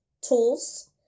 tools